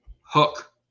Hook